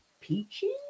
peachy